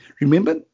remember